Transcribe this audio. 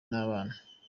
n’abana